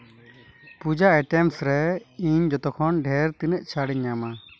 ᱯᱩᱡᱟᱹ items ᱨᱮ ᱤᱧ ᱡᱚᱛᱚ ᱠᱷᱚᱱ ᱰᱷᱮᱨ ᱛᱤᱱᱟᱹᱜ ᱪᱷᱟᱲᱤᱧ ᱧᱟᱢᱟ